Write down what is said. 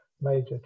major